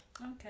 Okay